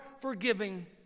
forgiving